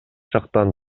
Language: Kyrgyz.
жактан